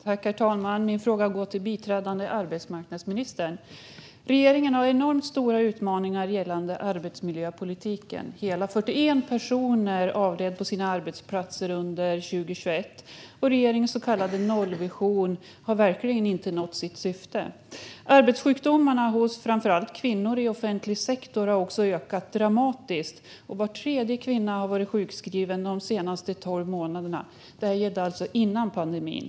Herr talman! Min fråga går till biträdande arbetsmarknadsministern. Regeringen har enormt stora utmaningar gällande arbetsmiljöpolitiken. Hela 41 personer avled på sina arbetsplatser under 2021, och regeringens så kallade nollvision har verkligen inte nåtts. Arbetssjukdomarna hos framför allt kvinnor i offentlig sektor har också ökat dramatiskt. Var tredje kvinna hade varit sjukskriven de senaste 12 månaderna, och detta var före pandemin.